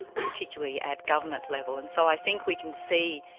particularly at government level. and so i think we can see